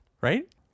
Right